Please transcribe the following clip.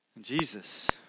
Jesus